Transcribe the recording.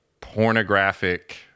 pornographic